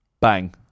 Bang